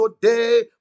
today